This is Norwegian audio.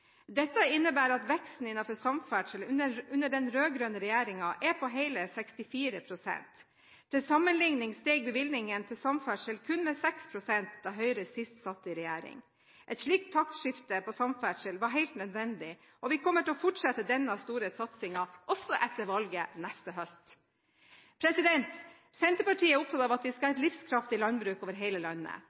Dette innebærer at veksten innenfor samferdsel under den rød-grønne regjeringen er på hele 64 pst. Til sammenligning steg bevilgningene til samferdsel kun med 6 pst. da Høyre sist satt i regjering. Et slikt taktskifte på samferdsel var helt nødvendig, og vi kommer til å fortsette denne store satsingen også etter valget neste høst. Senterpartiet er opptatt av at vi skal ha et livskraftig landbruk over hele landet.